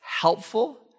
helpful